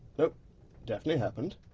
but definitely happened.